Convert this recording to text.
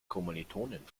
kommilitonin